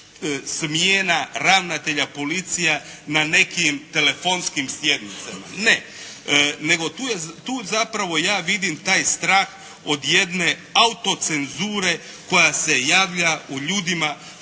smjena ravnatelja policija na nekim telefonskim sjednicama. Ne. Nego tu ja zapravo vidim taj strah od jedne autocenzure koja se javlja u ljudima